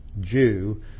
Jew